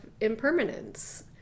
impermanence